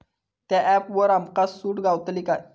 त्या ऍपवर आमका सूट गावतली काय?